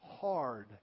hard